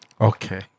okay